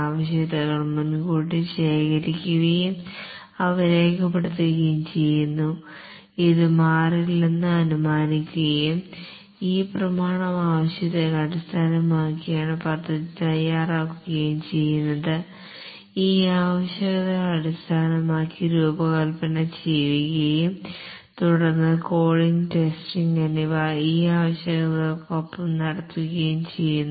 ആവശ്യകതകൾ മുൻകൂട്ടി ശേഖരിക്കുകയും അവ രേഖപ്പെടുത്തുകയും ചെയ്യുന്നു ഇത് മാറില്ലെന്ന് അനുമാനിക്കുകയും ഈ പ്രമാണം ആവശ്യകതകളെ അടിസ്ഥാനമാക്കിയാണ് പദ്ധതി തയ്യാറാക്കുകയും ചെയ്യുന്നത് ഈ ആവശ്യകതകളെ അടിസ്ഥാനമാക്കി രൂപകൽപ്പന ചെയ്യുകയും തുടർന്ന് കോഡിംഗ് ടെസ്റ്റിംഗ് എന്നിവ ഈ ആവശ്യകതകൾക്കൊപ്പം നടത്തുകയും ചെയ്യുന്നു